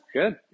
good